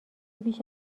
بیش